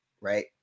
right